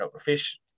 Fish